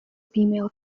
female